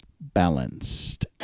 Balanced